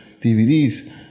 DVDs